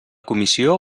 comissió